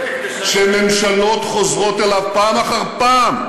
שממשלות חוזרות אליו פעם אחר פעם,